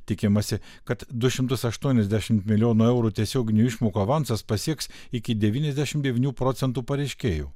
tikimasi kad du šimtus aštuoniasdešimt milijonų eurų tiesioginių išmokų avansas pasieks iki devyniasdešimt devynių procentų pareiškėjų